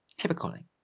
Typically